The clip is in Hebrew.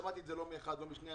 ושמעתי את זה לא מאחד ולא משניים,